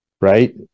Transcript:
right